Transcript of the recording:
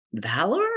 Valor